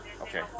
Okay